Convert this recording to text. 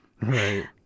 Right